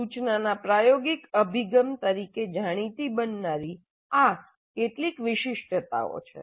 સૂચનાના પ્રાયોગિક અભિગમ તરીકે જાણીતી બનનારી આ કેટલીક વિશિષ્ટતાઓ છે